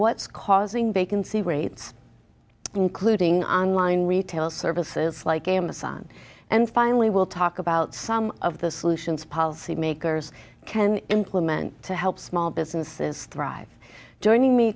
what's causing vacancy rates including online retail services like amazon and finally will to about some of the solutions policymakers can implement to help small businesses thrive joining me